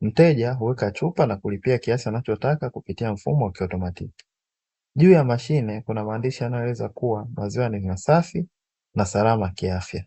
mteja huweka chupa na kulipia kiasi anachotaka kupitia mfumo wa kiautomatiki, juu ya mashine kuna maandishi yanayoeleza kuwa maziwa ni masafi na salama kiafya.